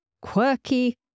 Quirky